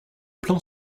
plan